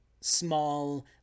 small